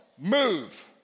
Move